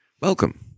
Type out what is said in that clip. Welcome